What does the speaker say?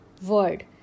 Word